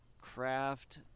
craft